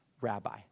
rabbi